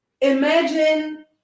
Imagine